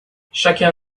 chacun